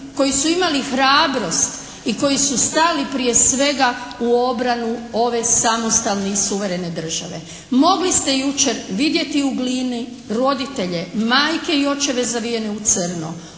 koji su imali hrabrost i koji su stali prije svega u obranu ove samostalne i suverene države. Mogli ste jučer vidjeti u Glini roditelje, majke i očeve zavijene u crno.